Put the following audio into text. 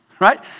right